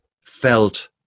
felt